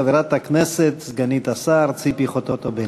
חברת הכנסת סגנית השר ציפי חוטובלי.